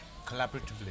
collaboratively